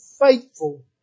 faithful